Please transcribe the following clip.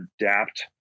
adapt